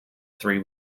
three